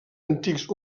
antics